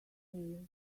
mail